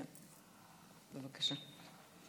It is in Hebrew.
כן, בבקשה.